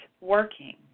working